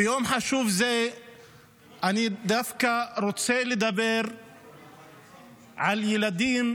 ביום חשוב זה אני רוצה לדבר דווקא על הילדים